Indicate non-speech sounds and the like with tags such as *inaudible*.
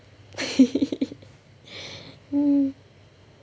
*laughs* mm